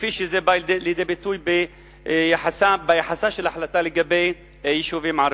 כפי שזה בא לידי ביטוי ביחסה של ההחלטה לגבי יישובים ערביים.